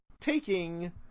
taking